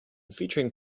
featuring